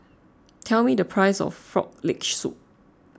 tell me the price of Frog Leg Soup